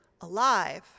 alive